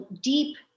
deep